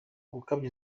gukabya